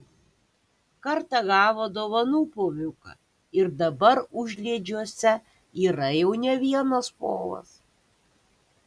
kartą gavo dovanų poviuką ir dabar užliedžiuose yra jau ne vienas povas